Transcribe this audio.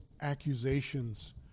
accusations